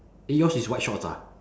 eh yours is white shorts ah